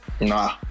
Nah